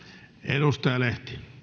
arvoisa herra